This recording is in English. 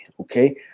okay